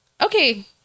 okay